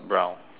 brown